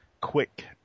quick